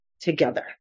together